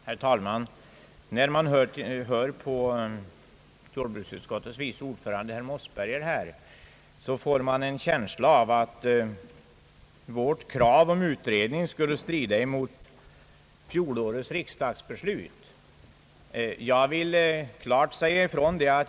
Herr talman! När man lyssnar till jordbruksutskottets vice ordförande, herr Mossberger, får man en känsla av att vårt krav om utredning skulle strima emot fjolårets riksdagsbeslut.